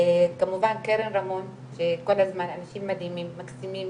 כמובן קרן רמון אנשים מדהימים מקסימים